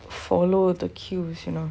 follow the queues you know